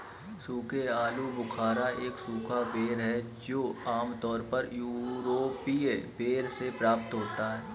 सूखे आलूबुखारा एक सूखा बेर है जो आमतौर पर यूरोपीय बेर से प्राप्त होता है